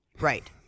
Right